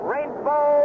Rainbow